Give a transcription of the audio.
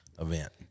event